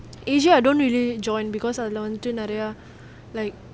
asia I don't really join because அதுல வந்து நெறய:athula vanthu neraya like